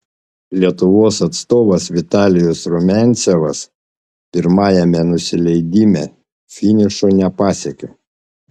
lietuvos atstovas vitalijus rumiancevas pirmajame nusileidime finišo nepasiekė